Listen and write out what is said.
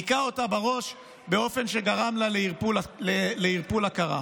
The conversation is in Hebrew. היכה אותה בראש באופן שגרם לה לערפול הכרה.